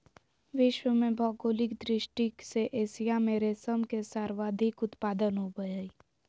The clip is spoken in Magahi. विश्व में भौगोलिक दृष्टि से एशिया में रेशम के सर्वाधिक उत्पादन होबय हइ